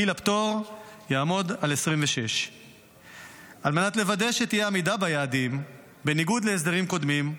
גיל הפטור יעמוד על 26. בניגוד להסדרים קודמים,